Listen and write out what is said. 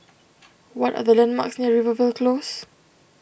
what are the landmarks near Rivervale Close